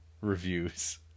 reviews